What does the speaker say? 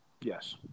Yes